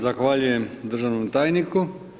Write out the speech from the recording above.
Zahvaljujem državnom tajniku.